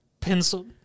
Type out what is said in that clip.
pencil